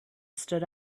stood